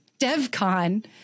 DevCon